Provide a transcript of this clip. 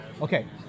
Okay